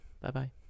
Bye-bye